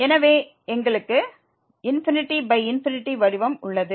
எனவே எங்களுக்கு ∞∞ வடிவம் உள்ளது